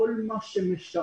כל מה שמשרת